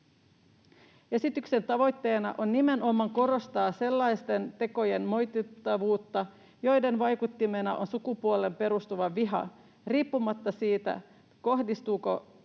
Esityksen tavoitteena on nimenomaan korostaa sellaisten tekojen moitittavuutta, joiden vaikuttimena on sukupuoleen perustuva viha, riippumatta siitä, kohdistuuko